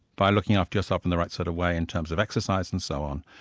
by looking after yourself in the right sort of way in terms of exercise and so on,